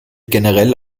generell